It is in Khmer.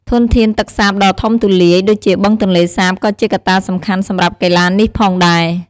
ធនធានទឹកសាបដ៏ធំទូលាយដូចជាបឹងទន្លេសាបក៏ជាកត្តាសំខាន់សម្រាប់កីឡានេះផងដែរ។